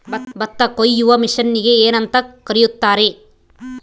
ಭತ್ತ ಕೊಯ್ಯುವ ಮಿಷನ್ನಿಗೆ ಏನಂತ ಕರೆಯುತ್ತಾರೆ?